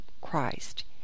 Christ